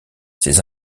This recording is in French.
ces